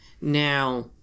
Now